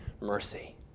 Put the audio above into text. mercy